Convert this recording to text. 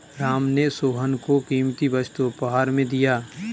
राम ने सोहन को कीमती वस्तु उपहार में दिया